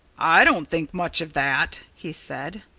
i don't think much of that, he said.